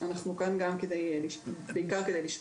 אנחנו כאן בעיקר כדי לשמוע.